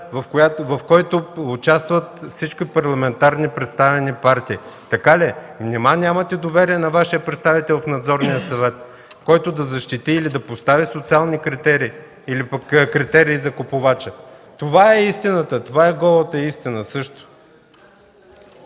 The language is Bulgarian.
в който участват всички парламентарно представени партии. Така ли е? Нима нямате доверие на Вашия представител в Надзорния съвет, който да защити или да постави социални критерии, или критерии за купувача? Това е голата истина също!